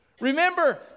Remember